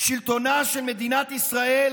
שלטונה של מדינת ישראל,